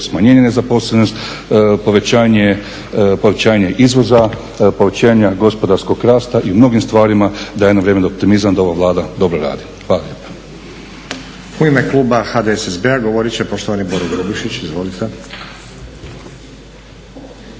smanjenje nezaposlenosti, povećanje izvoza, povećanje gospodarskog rasta i u mnogim stvarima daje nam … optimizam da ova Vlada dobro radi. Hvala